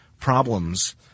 problems